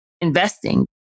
investing